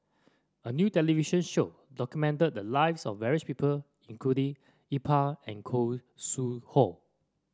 a new television show documented the lives of various people including Iqbal and Khoo Sui Hoe